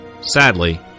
Sadly